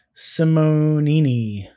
Simonini